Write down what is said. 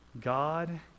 God